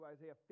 Isaiah